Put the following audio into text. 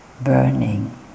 burning